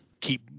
keep